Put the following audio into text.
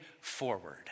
forward